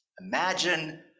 Imagine